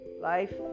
life